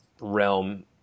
realm